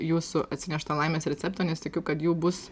jūsų atsinešto laimės recepto nes tikiu kad jų bus